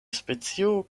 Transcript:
specio